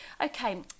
Okay